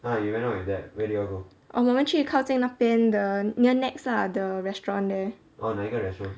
orh 我们去靠近那边的 near nex lah a restaurant there